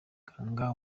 muganga